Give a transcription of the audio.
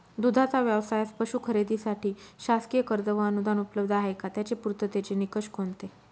दूधाचा व्यवसायास पशू खरेदीसाठी शासकीय कर्ज व अनुदान उपलब्ध आहे का? त्याचे पूर्ततेचे निकष कोणते?